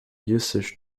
users